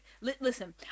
listen